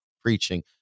preaching